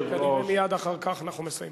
מייד אחר כך אנחנו מסיימים.